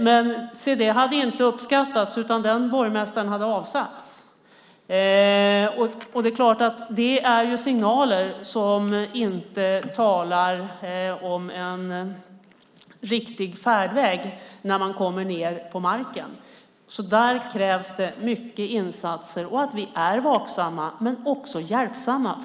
Men se det hade inte uppskattats, utan borgmästaren hade avsatts. Det är signaler som inte talar om en riktig färdväg när man kommer ned på marken. Där krävs det mycket insatser och att vi är vaksamma men också hjälpsamma.